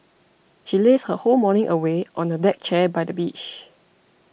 she lazed her whole morning away on the deck chair by the beach